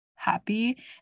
happy